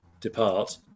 depart